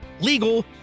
legal